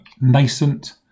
nascent